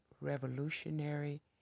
revolutionary